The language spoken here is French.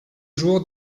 jour